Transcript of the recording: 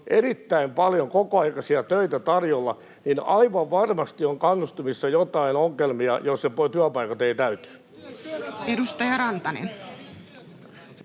erittäin paljon kokoaikaisia töitä tarjolla. Aivan varmasti on kannustimissa joitakin ongelmia, jos työpaikat eivät täyty.